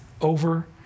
over